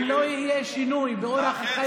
אם לא יהיה שינוי באורח החיים,